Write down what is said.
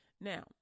Now